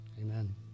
Amen